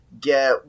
get